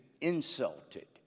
insulted